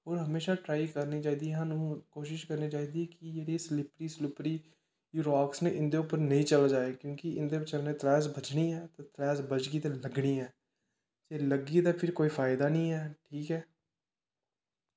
हून हमेशा ट्राई करनीं चाही दी ऐ साह्नूं कोशिश करनीं चाही दी ऐ कि जेह्ड़ी स्लिपरी स्लुपरी राक्स नै इंदे पर नेंई चला जाए क्योंकि इंदे पर चलनें नै तलैह्ट बज्जनीं ऐं ते तलैह्स बजगा ते लग्गनीं ऐं जे लग्गी तां फ्ही कोई फायदा नी ऐ ठीक ऐ